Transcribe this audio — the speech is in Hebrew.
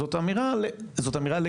זאת אמירה לגיטימית,